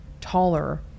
taller